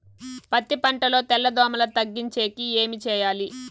పత్తి పంటలో తెల్ల దోమల తగ్గించేకి ఏమి చేయాలి?